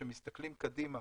כשמסתכלים קדימה,